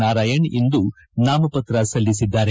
ನಾರಾಯಣ್ ಇಂದು ನಾಮಪತ್ರ ಸಲ್ಲಿಸಿದ್ದಾರೆ